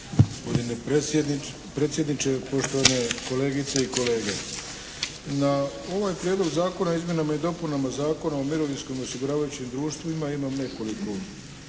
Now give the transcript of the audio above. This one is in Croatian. Gospodine predsjedniče, poštovane kolegice i kolege! Na ovaj Prijedlog zakona o izmjenama i dopunama Zakona o mirovinskom osiguravajućim društvima imam nekoliko